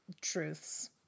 Truths